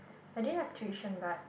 I didn't have tuition but